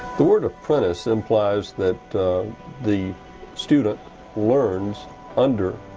the word apprentice implies that the student learns under